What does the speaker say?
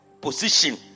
position